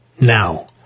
now